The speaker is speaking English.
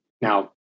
Now